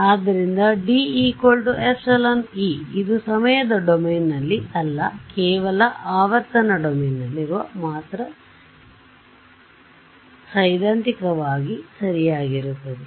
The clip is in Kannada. ಆದ್ದರಿಂದ DE ಇದು ಸಮಯದ ಡೊಮೇನ್ನಲ್ಲಿ ಅಲ್ಲ ಕೇವಲ ಆವರ್ತನ ಡೊಮೇನ್ನಲ್ಲಿರುವಾಗ ಮಾತ್ರ ಸೈದ್ಧಾಂತಿಕವಾಗಿ ಸರಿಯಾಗಿರುತ್ತದೆ